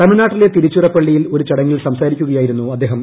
തമിഴ്നാട്ടിലെ തിരുച്ചിറപള്ളിയിൽ ഒരു ചടങ്ങിൽ സംസാരിക്കുകയായിരുന്നു അദ്ദേഹം